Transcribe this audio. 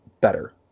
better